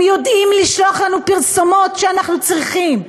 הם יודעים לשלוח לנו פרסומות שאנחנו צריכים,